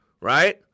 right